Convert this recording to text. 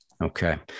Okay